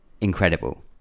incredible